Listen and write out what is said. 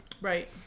Right